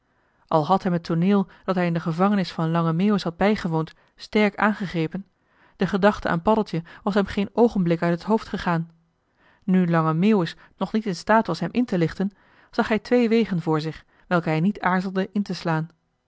al had hem het tooneel dat hij in de gevangenis van lange meeuwis had bijgewoond sterk aangegrepen de gedachte aan paddeltje was hem geen oogenblik uit t hoofd gegaan nu lange meeuwis nog niet in staat was hem in te lichten zag hij twee wegen voor zich welke hij niet aarzelde in te slaan